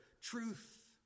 truth